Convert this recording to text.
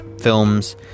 films